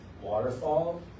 waterfall